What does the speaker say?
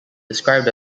described